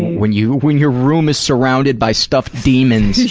when your when your room is surrounded by stuffed demons?